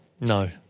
no